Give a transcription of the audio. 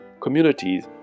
communities